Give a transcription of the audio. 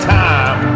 time